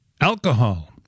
alcohol